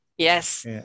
Yes